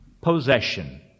possession